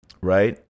right